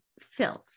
filth